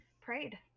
prayed